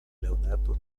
leonardo